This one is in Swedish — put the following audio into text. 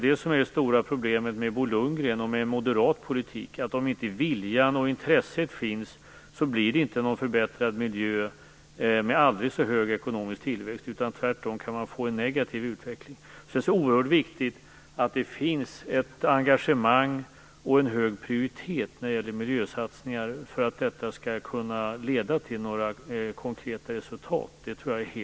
Det stora problemet med Bo Lundgrens och moderat politik är att om inte viljan och intresset finns, så blir det inte någon förbättrad miljö med en aldrig så hög ekonomisk tillväxt. Tvärtom kan utvecklingen bli negativ. Det är alltså oerhört viktigt att det finns ett engagemang och en hög prioritet när det gäller miljösatsningar för att de skall kunna leda till konkreta resultat.